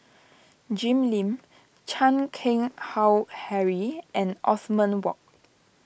Jim Lim Chan Keng Howe Harry and Othman Wok